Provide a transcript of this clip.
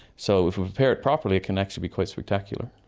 so if we prepare it properly it can actually be quite spectacular.